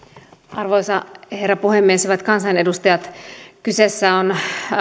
arvoisa herra puhemies hyvät kansanedustajat kyseessä on